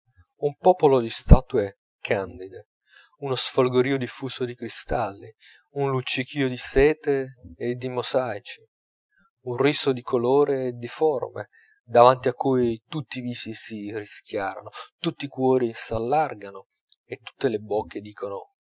un popolo di statue candide uno sfolgorìo diffuso di cristalli un luccichio di sete e di musaici un riso di colori e di forme davanti a cui tutti i visi si rischiarano tutti i cuori s'allargano e tutte le bocche dicono